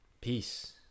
Peace